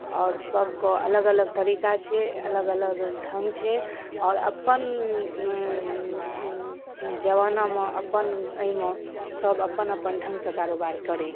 आओर सभके अलग अलग तरीका छै अलग अलग ढङ्ग छै आओर अपन जमानामे अपन एहिमे सभ अपन अपन ढङ्गसँ कारोबार करैत